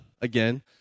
Again